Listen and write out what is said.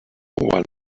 one